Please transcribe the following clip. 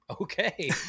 okay